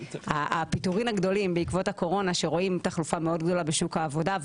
הפיטורין הגדולים בעקבות הקורונה שרואים תחלופה מאוד גדולה בשוק העבודה,